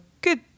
good